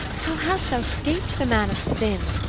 how hast thou scaped the man of sin?